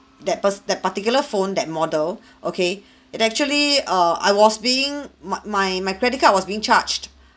that per~ that particular phone that model okay it actually err I was being my my my credit card was being charged